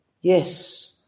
Yes